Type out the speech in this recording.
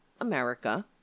America